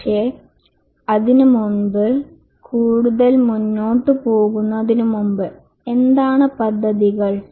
പക്ഷേ അതിനുമുമ്പ് കൂടുതൽ മുന്നോട്ടു പോകുന്നതിനുമുമ്പ് എന്താണ് പദ്ധതികൾ